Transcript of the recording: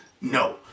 no